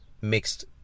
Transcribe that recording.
mixed